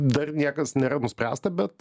dar niekas nėra nuspręsta bet